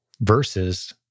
versus